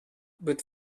but